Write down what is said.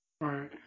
Right